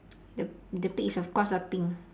the the pig is of course lah pink